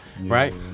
Right